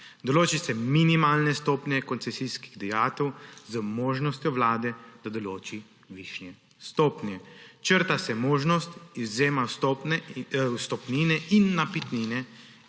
določi se minimalne stopnje koncesijskih dajatev z možnostjo Vlade, da določi višje stopnje; črta se možnost izvzema vstopnine in napitnine